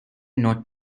not